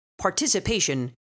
participation